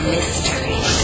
Mystery